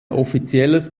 offizielles